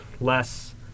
less